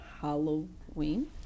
Halloween